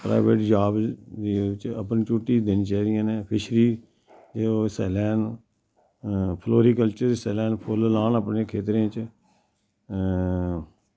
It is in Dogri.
प्राईवेट जाब बिच्च अप्परचुनटी देनी चाहिदियां नै फिशरी च हिस्सा लैन फलोरिक्लचर च हिस्सा लैन फुल्ल लान अपने खेत्तरें च